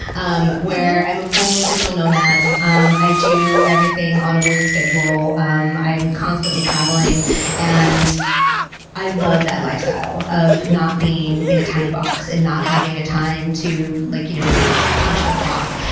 um where i'm a full digital nomad. um i do everything on a weird schedule. um i'm constantly traveling and i love that lifestyle of not being in a tiny box and not having a time to like you know punch the clock.